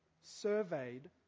surveyed